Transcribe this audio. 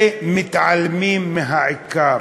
ומתעלמים מהעיקר.